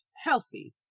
healthy